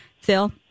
Phil